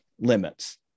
limits